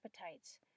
appetites